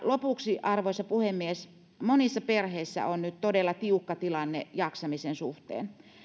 lopuksi arvoisa puhemies monissa perheissä on nyt todella tiukka tilanne jaksamisen suhteen